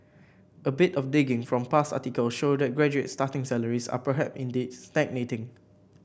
a bit of digging from past articles show that graduate starting salaries are perhaps indeed stagnating